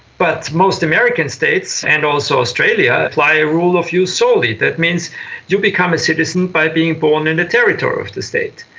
but most american states and also australia apply a rule of jus soli, that means you become a citizen by being born in a territory of the state.